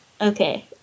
Okay